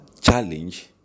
challenge